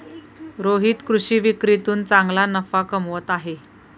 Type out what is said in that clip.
रोहित कृषी विक्रीतून चांगला नफा कमवत आहे